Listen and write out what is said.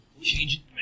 Change